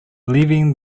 leaving